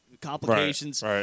complications